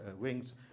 wings